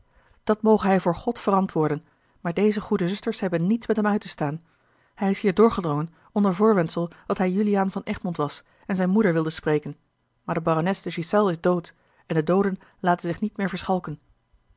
dat moge hij voor god verantwoorden maar deze goede zusters hebben niets met hem uit te staan hij is hier doorgedrongen onder voorwendsel dat hij juliaan van egmond was en zijne moeder wilde spreken maar de barones de ghiselles is dood en de dooden laten zich niet meer verschalken